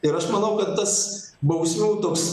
ir aš manau kad tas bausmių toks